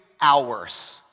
hours